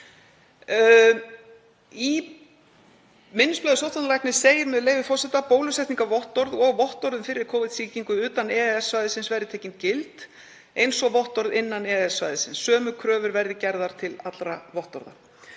Í minnisblaði sóttvarnalæknis segir, með leyfi forseta: „Bólusetningarvottorð og vottorð um fyrri Covid-sýkingu utan EES-svæðisins verði tekin gild eins og vottorð innan EES-svæðisins. Sömu kröfur verði gerðar til allra vottorða.“